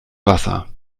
wasser